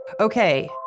Okay